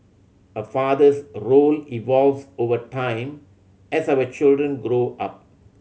a father's role evolves over time as our children grow up